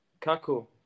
Kaku